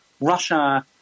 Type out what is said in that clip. Russia